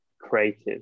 creative